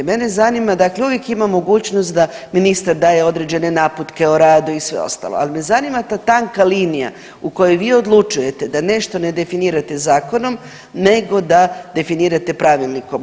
Mene zanima, dakle, uvijek ima mogućnost da ministar daje određene naputke o radu i sve ostalo, ali me zanima ta tanka linija u kojoj vi odlučujete da nešto ne definirate zakonom, nego da definirate pravilnikom.